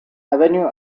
avenue